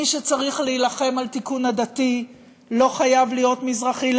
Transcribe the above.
מי שצריך להילחם על תיקון עדתי לא חייב להיות מזרחי,